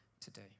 today